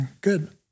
Good